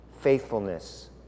faithfulness